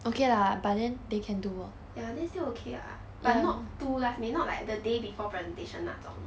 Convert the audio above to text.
ya then still okay ah but not too last minute not like the day before presentation 那种